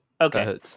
Okay